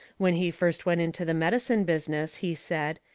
when he first went into the medicine business, he said,